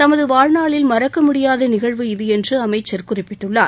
தமது வாழ்நாளில் மறக்க முடியாத நிகழ்வு இது என்று அமைச்சர் குறிப்பிட்டுள்ளார்